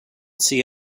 see